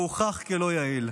והוא הוכח כלא יעיל.